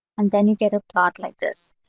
and then you get a plot like this.